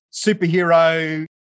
superhero